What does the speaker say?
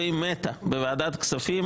והיא מתה בוועדת הכספים,